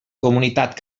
comunitat